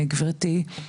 גבירתי,